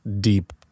deep